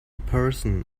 person